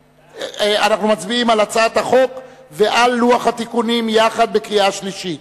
אנחנו מצביעים על הצעת החוק ועל לוח התיקונים יחד בקריאה שלישית.